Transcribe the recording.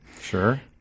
Sure